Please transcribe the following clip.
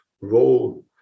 role